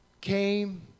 came